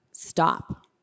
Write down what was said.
Stop